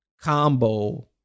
combo